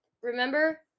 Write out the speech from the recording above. Remember